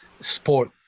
sport